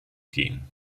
gehen